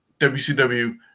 WCW